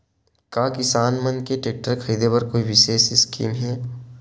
का किसान मन के टेक्टर ख़रीदे बर कोई विशेष स्कीम हे?